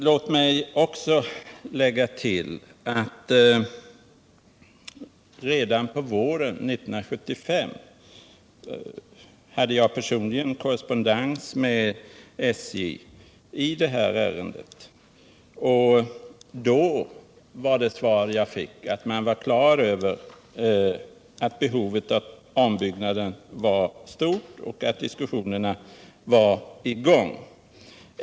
Låt mig också tillägga att redan på våren 1975 hade jag personligen korrespondens med SJ i detta ärende. Då var det svar jag fick att man var på det klara med att behovet av ombyggnaden var stort och att diskussionerna var i gång.